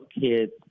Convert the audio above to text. kids